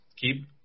Keep